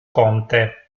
conte